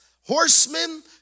horsemen